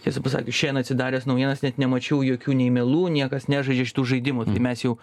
tiesą pasakius šiandien atsidaręs naujienas net nemačiau jokių nei melų niekas nežaidžia šitų žaidimų tai mes jau